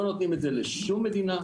לא נותנים את זה לשום מדינה,